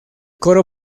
coro